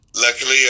luckily